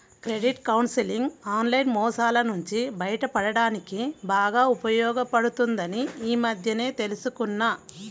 credit counselling online మోసాల నుంచి బయటపడడానికి బాగా ఉపయోగపడుతుందని ఈ మధ్యనే తెల్సుకున్నా